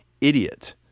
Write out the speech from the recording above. idiot